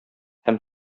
һәм